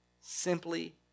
simply